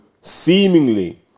seemingly